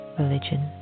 religion